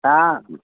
हा